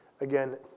again